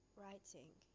writing